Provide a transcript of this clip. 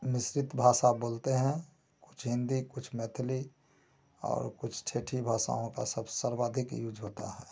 मिश्रित भाषा बोलते हैं कुछ हिन्दी कुछ मैथिली और कुछ ठेठी भाषाओं का सब सर्वाधिक यूज होता है